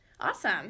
Awesome